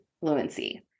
fluency